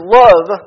love